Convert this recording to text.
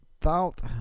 thought